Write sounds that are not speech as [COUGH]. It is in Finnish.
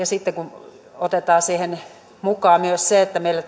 [UNINTELLIGIBLE] sitten kun otetaan siihen mukaan myös se että meille [UNINTELLIGIBLE]